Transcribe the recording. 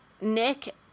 Nick